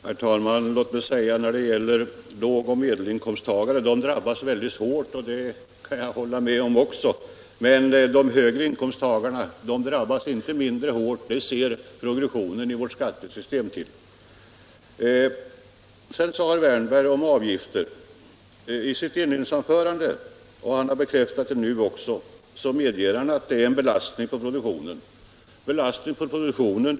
Herr talman! Jag kan hålla med om att lågoch medelinkomsttagare drabbas väldigt hårt. Men de högre inkomsttagarna drabbas inte mindre hårt, det ser progressionen i vårt skattesystem till. I sitt inledningsanförande sade herr Wärnberg, något som han också nu har bekräftat, att alla dessa avgifter är en belastning på produktionen.